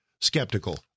skeptical